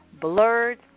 Blurred